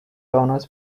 owners